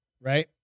Right